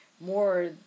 more